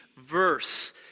verse